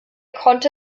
konnte